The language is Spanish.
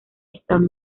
están